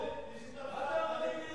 חברי גאלב,